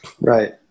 Right